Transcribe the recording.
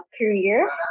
career